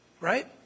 Right